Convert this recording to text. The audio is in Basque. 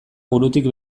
burutik